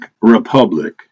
republic